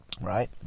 right